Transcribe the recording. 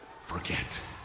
forget